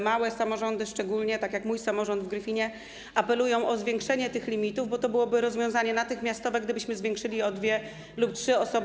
Małe samorządy szczególnie, tak jak mój samorząd w Gryfinie, apelują o zwiększenie tych limitów, bo to byłoby rozwiązanie natychmiastowe, gdybyśmy zwiększyli dodatkowo o dwie lub trzy osoby.